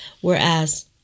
whereas